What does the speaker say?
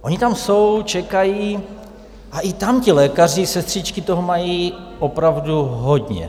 Oni tam jsou, čekají, a i tam ti lékaři, sestřičky toho mají opravdu hodně.